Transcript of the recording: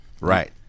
right